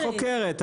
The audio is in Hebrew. יש חוקרת.